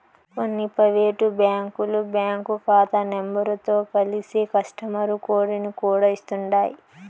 కొన్ని పైవేటు బ్యాంకులు బ్యాంకు కాతా నెంబరుతో కలిసి కస్టమరు కోడుని కూడా ఇస్తుండాయ్